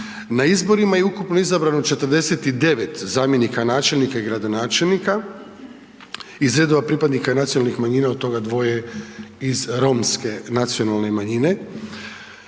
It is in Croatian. Na izborima je ukupno izabrano 49 zamjenika načelnika i gradonačelnika, iz redova pripadnika nacionalnih manjina, od toga iz romske nacionalne manjine.